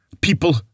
people